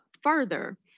further